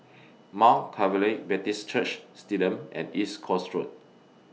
Mount Calvary Baptist Church Stadium and East Coast Road